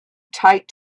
tight